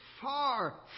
far